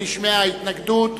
נשמעה התנגדות,